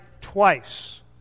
twice